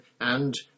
and—